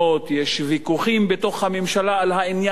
יש ויכוחים בתוך הממשלה על העניין הזה.